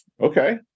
Okay